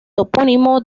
topónimo